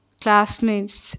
classmates